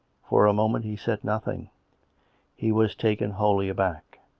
for a moment he said nothing he was taken wholly aback.